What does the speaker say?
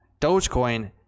Dogecoin